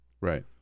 Right